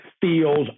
feels